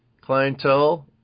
Clientele